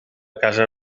casa